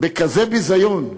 בכזה ביזיון.